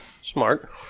smart